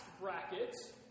Brackets